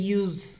use